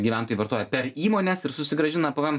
gyventojai vartoja per įmones ir susigrąžina pvm